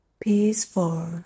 peaceful